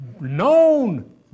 Known